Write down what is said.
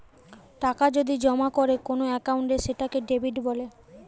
টাকা যদি জমা করে কোন একাউন্টে সেটাকে ডেবিট বলে